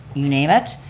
you name it.